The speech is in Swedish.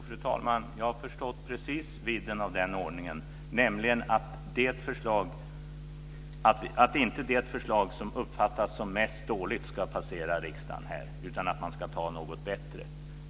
Fru talman! Jo, fru talman, jag förstår precis vidden av den ordningen. Den innebär att det inte är det förslag som uppfattas som sämst ska antas av riksdagen, utan något som är bättre.